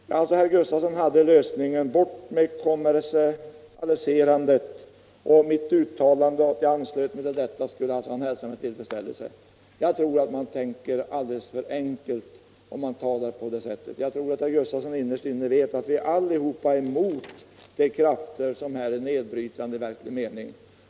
Herr Gustavsson i Nässjö föreslog alltså en lösning av problemen genom ett avskaffande av kommersialiseringen, och han sade att om jag anslöt mig till detta skulle han hälsa det med tillfredsställelse. Jag tror emellertid att man tar alltför lätt på problemen om man tänker som herr Gustavsson, och jag tror också att han innerst inne vet att vi alla är emot de krafter domsorganisatio som här är nedbrytande i verklig mening.